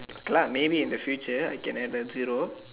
okay lah maybe in the future I can add a zero